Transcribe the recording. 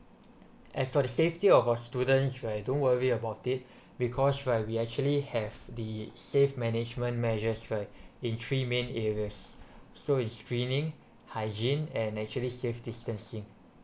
as for the safety of our student right don't worry about it because right we actually have the safe management measures first the three main areas so is screening hygiene and actually safe distancing